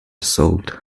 sold